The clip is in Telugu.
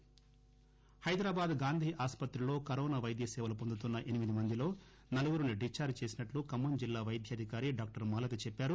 ఖమ్మం హైదరాబాద్ గాంధీ ఆస్పత్రిలో కరోనా వైద్య సేవలు పొందుతున్న ఎనిమిది మందిలో నలుగురుని డిక్చార్జి చేసినట్లు ఖమ్మం జిల్లా వైద్యాధికారి డాక్టర్ మాలతి చెప్పారు